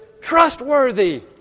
trustworthy